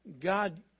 God